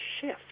shift